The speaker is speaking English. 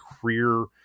career